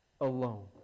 alone